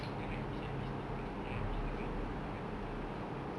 nanti D_o_A hypebeast hypebeast then tak boleh hypebeast dengan orang macam mana